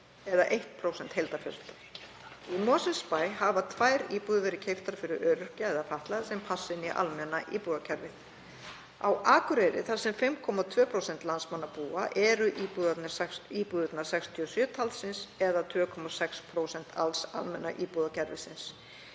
eða 1% heildarfjöldans. Í Mosfellsbæ hafa tvær íbúðir verið keyptar fyrir öryrkja eða fatlaða sem passa inn í almenna íbúðakerfið. Á Akureyri, þar sem 5,2% landsmanna búa, eru íbúðirnar 67 talsins, eða 2,6% alls almenna íbúðakerfisins.